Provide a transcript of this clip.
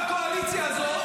ואתה חלק מהקואליציה הזאת,